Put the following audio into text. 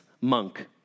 monk